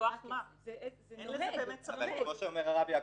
כמו שאומר הרב יעקבי,